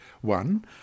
One